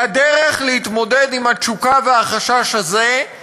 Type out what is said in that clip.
והדרך להתמודד עם התשוקה והחשש האלה היא